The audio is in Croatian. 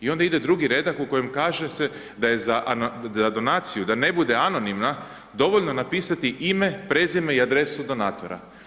I onda ide drugi redak, u kojem kaže se da je za donaciju, da ne bude anonimna, dovoljno napisati ime, prezime i adresu donatora.